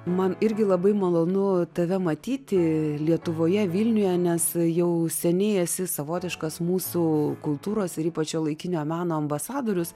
man irgi labai malonu tave matyti lietuvoje vilniuje nes jau seniai esi savotiškas mūsų kultūros ir ypač šiuolaikinio meno ambasadorius